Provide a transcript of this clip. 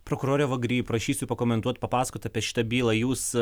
prokurore vagry prašysiu pakomentuot papasakot apie šitą bylą jūs